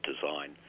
design